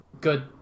good